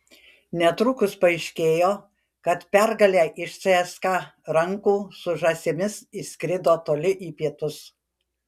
netrukus paaiškėjo kad pergalė iš cska rankų su žąsimis išskrido toli į pietus